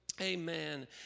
amen